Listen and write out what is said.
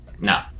No